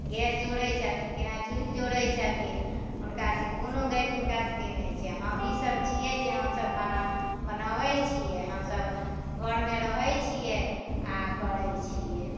gas जोड़ै छथिन केना चुल्हि जोड़ै छथिन हुनकासँ कोनो गति हुनका सभके नहि छै हमहीं सभ छियै जे हमसभ खाना बनोबै छियै हमसभ घरमे रहै छियै आओर करै छियै